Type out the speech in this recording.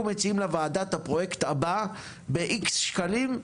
מציעים לוועדה את הפרויקט הבא בכך וכך שקלים,